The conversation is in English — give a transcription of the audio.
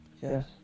Yes